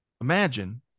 Imagine